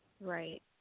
Right